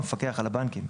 המפקח על הבנקים,